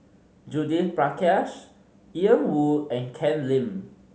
Judith Prakash Ian Woo and Ken Lim